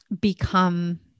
become